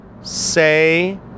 Say